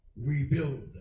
rebuild